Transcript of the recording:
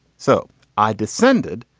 so i descended.